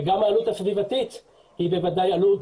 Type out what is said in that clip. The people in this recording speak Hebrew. וגם העלות הסביבתית היא בוודאי עלות